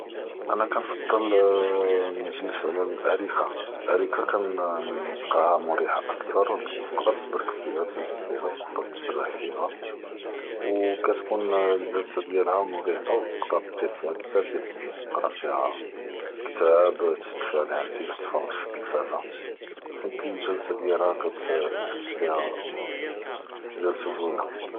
אנה כנפ’דל נג’לס עלא אלאריקה, אלאריקה כנתלקהא מריחה אכ’תאר ו ת’קדר תברק פיה ב’ז’וז סוואיע ו ת’קדר תסתראח פיה, ו כתקום אלג’לסה דיאלהא מריחה ו ת’קדר דיר פיה בזאף דיאל אלח’וואיג ת’קרא קיטאב תתספח אלטלפון, תתפרג’ פ התלויזה חית אלג’לסה דיאלהא כתח’ס, תח’ס בהא ג’לסה זוינה.